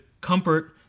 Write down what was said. comfort